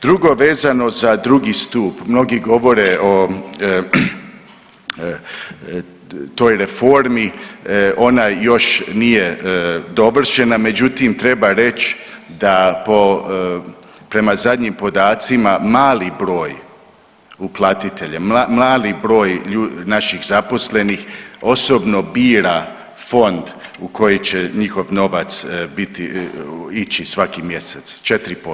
Drugo, vezano za drugi stup, mnogi govore o toj reformi, ona još nije dovršena, međutim treba reć da prema zadnjim podacima mali broj uplatitelja, mali broj naših zaposlenih osobno bira fond u koji će njihov novac biti, ići svaki mjesec 4%